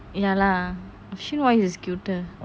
ya lah ashin voice is cuter